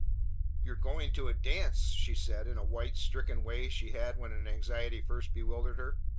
you are going to a dance! she said in a white, stricken way she had when an anxiety first bewildered her.